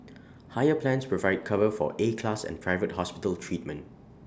higher plans provide cover for A class and private hospital treatment